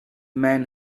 men